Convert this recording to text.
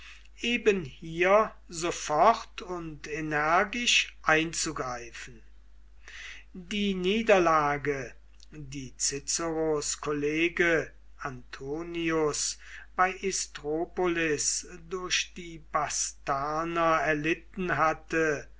eben hier sofort und energisch einzugreifen die niederlage die ciceros kollege antonius bei istropolis durch die bastarner erlitten hatte